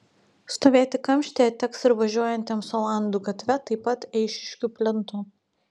stovėti kamštyje teks ir važiuojantiems olandų gatve taip pat eišiškių plentu